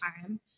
time